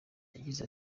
yagize